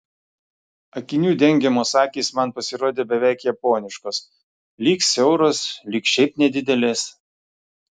akinių dengiamos akys man pasirodė beveik japoniškos lyg siauros lyg šiaip nedidelės